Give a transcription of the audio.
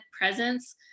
presence